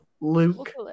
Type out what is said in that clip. Luke